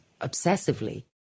obsessively